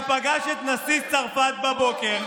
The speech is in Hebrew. הוא פגש את נשיא צרפת בבוקר,